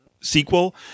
sequel